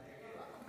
איתמר בן גביר,